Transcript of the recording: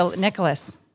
Nicholas